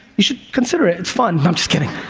you should consider it, it's fun. i'm just kidding.